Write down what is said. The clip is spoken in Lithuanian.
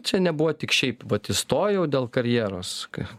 čia nebuvo tik šiaip vat įstojau dėl karjeros ka